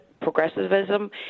progressivism